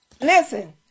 Listen